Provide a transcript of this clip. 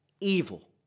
evil